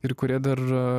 ir kurie dar